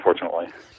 unfortunately